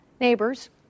neighbors